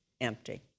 empty